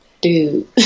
dude